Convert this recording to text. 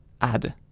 add